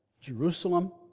Jerusalem